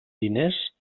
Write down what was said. diners